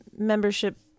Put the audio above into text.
membership